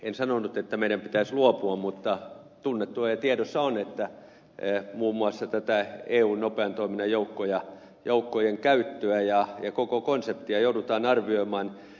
en sanonut että meidän pitäisi luopua näistä mutta tunnettua ja tiedossa on että muun muassa eun nopean toiminnan joukkojen käyttöä ja koko konseptia joudutaan arvioimaan